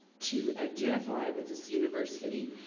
to identify with this university.